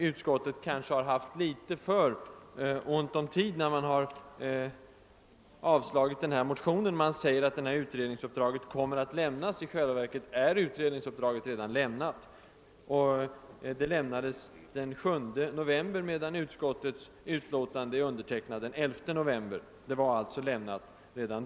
Utskottet har kanske haft litet ont om tid i sin iver att avstyrka motionen. Man säger nämligen att utredningsuppdrag kommer att lämnas till ÖB. I själva verket är ett uppdrag redan lämnat. Det skedde den 7 november, medan utskottets utlåtande är undertecknat den 11 november. Herr talman!